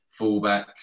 fullbacks